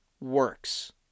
works